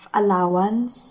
allowance